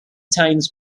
times